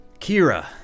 Kira